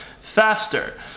faster